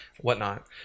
whatnot